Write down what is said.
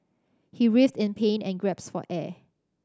he writhed in pain and gasped for air